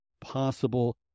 possible